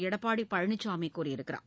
எடப்பாடி பழனிசாமி கூறியிருக்கிறார்